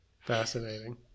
Fascinating